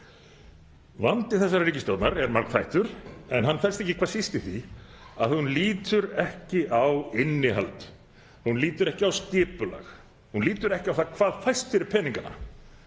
Vandi þessarar ríkisstjórnar er margþættur en hann felst ekki hvað síst í því að hún lítur ekki á innihald. Hún lítur ekki á skipulag. Hún lítur ekki á það hvað fæst fyrir peningana